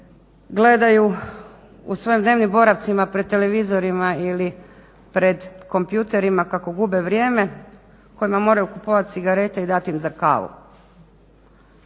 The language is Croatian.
gledaju u svojim dnevnim boravcima pred televizorima ili pred kompjuterima kako gube vrijeme, kojima moraju kupovati cigarete i dat im za kavu.